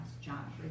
John